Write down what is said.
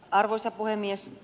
arvoisa puhemies